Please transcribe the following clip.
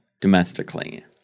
domestically